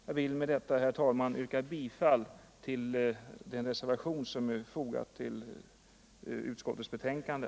Jag vill med detta, herr talman, yrka bifall till den reservation som är fogad till utskottets betänkande.